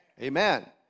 amen